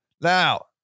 Now